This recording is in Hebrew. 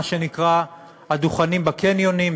מה שנקרא הדוכנים בקניונים,